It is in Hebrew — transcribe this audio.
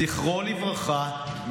זכרו לברכה,